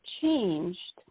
changed